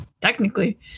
technically